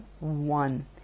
one